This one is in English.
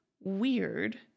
weird